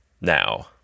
now